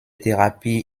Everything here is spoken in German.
therapie